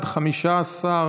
סעיפים 1 2 נתקבלו.